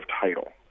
title